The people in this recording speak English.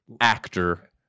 actor